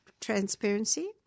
transparency